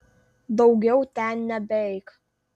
daugiau ten nebeik